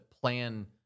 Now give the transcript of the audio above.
plan